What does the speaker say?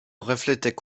reflétait